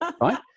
Right